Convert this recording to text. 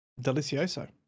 Delicioso